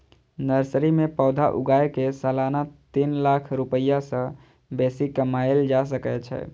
nursery मे पौधा उगाय कें सालाना तीन लाख रुपैया सं बेसी कमाएल जा सकै छै